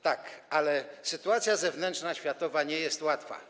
Tak, ale sytuacja zewnętrzna, światowa nie jest łatwa.